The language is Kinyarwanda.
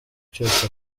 cyose